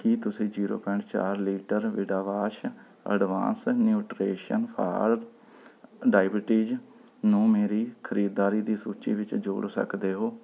ਕੀ ਤੁਸੀਂ zero point ਚਾਰ litre ਵੀਡਾਵਾਂਸ਼ ਅਡਵਾਂਸ ਨਿਊਟ੍ਰੇਸ਼ਨ ਫਾਰ ਡਾਇਬਟੀਜ਼ ਨੂੰ ਮੇਰੀ ਖਰੀਦਦਾਰੀ ਦੀ ਸੂਚੀ ਵਿੱਚ ਜੋੜ ਸਕਦੇ ਹੋ